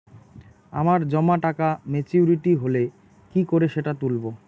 আমার জমা টাকা মেচুউরিটি হলে কি করে সেটা তুলব?